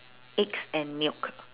eggs and milk